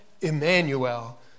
Emmanuel